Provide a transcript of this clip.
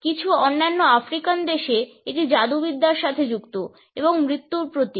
কিছু অন্যান্য আফ্রিকান দেশে এটি জাদুবিদ্যার সাথে যুক্ত এবং মৃত্যুর প্রতীক